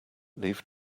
leave